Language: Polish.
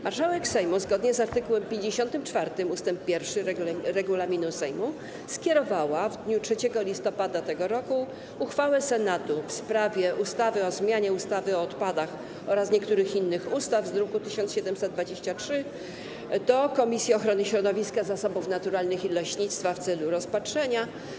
Marszałek Sejmu, zgodnie z art. 54 ust. 1 regulaminu Sejmu, skierowała w dniu 3 listopada tego roku uchwałę Senatu w sprawie ustawy o zmianie ustawy o odpadach oraz niektórych innych ustaw z druku nr 1723 do Komisji Ochrony Środowiska, Zasobów Naturalnych i Leśnictwa w celu rozpatrzenia.